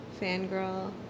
fangirl